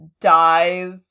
dies